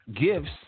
gifts